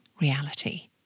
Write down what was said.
reality